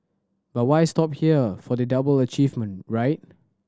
but why stop here for the double achievement right